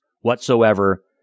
whatsoever